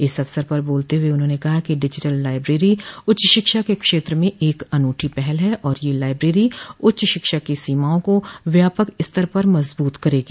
इस अवसर पर बोलते हुए उन्होंने कहा कि डिजिटल लाइब्रेरी उच्च शिक्षा के क्षेत्र में एक अनूठी पहल है और यह लाइब्रेरी उच्च शिक्षा की सीमाओं को व्यापक स्तर पर मजबूत करेगी